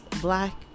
Black